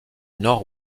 nord